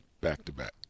back-to-back